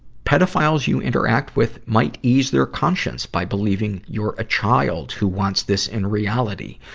pedophiles you interact with might ease their conscience by believing you're a child who wants this in reality.